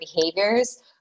behaviors